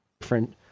different